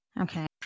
Okay